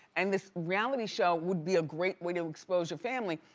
and this reality show would be a great way to expose your family.